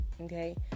okay